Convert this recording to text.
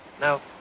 Now